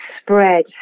spread